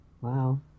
Wow